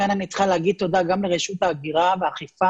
וכאן אני צריכה להגיד תודה גם לרשות ההגירה והאכיפה